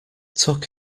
took